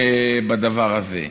בדבר הזה.